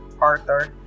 Arthur